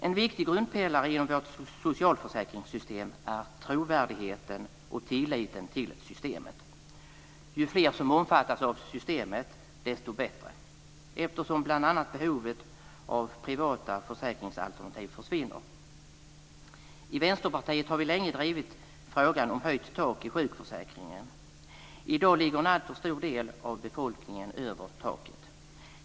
En viktig grundpelare inom vårt socialförsäkringssystem är trovärdigheten och tilliten till systemet. Ju fler som omfattas av systemet desto bättre, eftersom bl.a. behovet av privata försäkringsalternativ försvinner. I Vänsterpartiet har vi länge drivit frågan om höjt tak i sjukförsäkringen. I dag ligger en alltför stor del av befolkningen över taket.